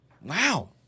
Wow